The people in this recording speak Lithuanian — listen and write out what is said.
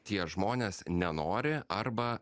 tie žmonės nenori arba